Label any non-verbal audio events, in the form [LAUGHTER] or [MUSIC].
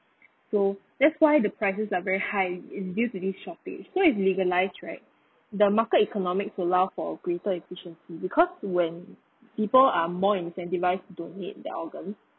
so that's why the prices are very high due to this shortage so if legalised right [BREATH] the market economy will allow for greater efficiency because when people are more incentivised to donate their organ